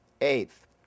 Eighth